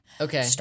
Okay